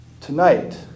Tonight